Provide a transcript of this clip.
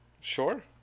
sure